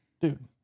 dude